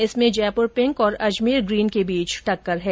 इसमें जयपुर पिंक और अर्जमेर ग्रीन के बीच टक्कर है